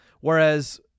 whereas